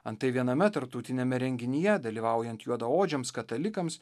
antai viename tarptautiniame renginyje dalyvaujant juodaodžiams katalikams